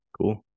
cool